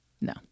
No